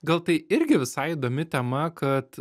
gal tai irgi visai įdomi tema kad